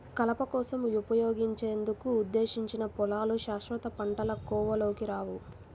కలప కోసం ఉపయోగించేందుకు ఉద్దేశించిన పొలాలు శాశ్వత పంటల కోవలోకి రావు